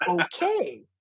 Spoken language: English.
okay